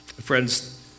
Friends